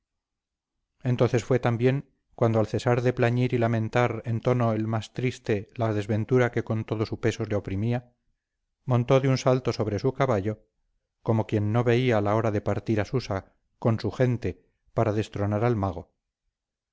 entonces fue también cuando al cesar de plañir y lamentar en tono el más triste la desventura que con todo su peso le oprimía montó de un salto sobre su caballo como quien no veía la hora de partir a susa con su gente para destronar al mago